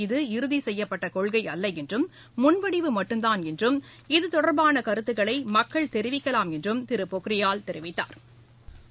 இது இறுதி செய்யப்பட்ட கொள்கை அல்ல என்றும் முன்வடிவு மட்டும்தான் என்றும் இது தொடா்பான கருத்துக்களை மக்கள் தெரிவிக்கலாம் என்றும் திரு பொக்ரியால் தெரிவித்தாா்